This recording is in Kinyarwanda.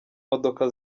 modoka